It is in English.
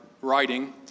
writing